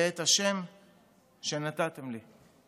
ואת השם שנתתם לי.